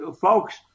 Folks